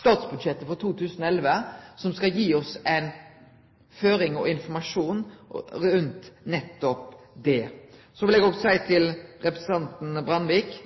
statsbudsjettet for 2011, som skal gi oss føring for og informasjon om nettopp det. Så vil eg òg seie til representanten Brandvik: